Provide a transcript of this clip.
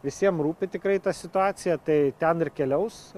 visiem rūpi tikrai ta situacija tai ten ir keliaus